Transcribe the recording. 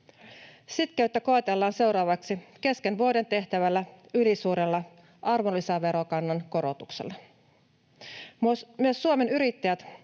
Sitkeyttä koetellaan seuraavaksi kesken vuoden tehtävällä ylisuurella arvonlisäverokannan korotuksella. Myös Suomen Yrittäjät